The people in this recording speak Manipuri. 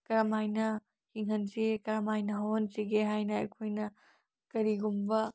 ꯀꯔꯝꯍꯥꯏꯅ ꯍꯤꯡꯍꯟꯁꯤ ꯀꯔꯝꯍꯥꯏꯅ ꯍꯧꯍꯟꯁꯤꯒꯦ ꯍꯥꯏꯅ ꯑꯩꯈꯣꯏꯅ ꯀꯔꯤꯒꯨꯝꯕ